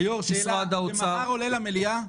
היו"ר, שאלה: זה מחר עולה למליאה?